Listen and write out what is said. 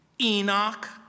Enoch